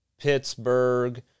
Pittsburgh